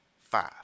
Five